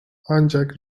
ancak